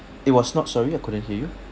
it was not sorry I couldn't hear you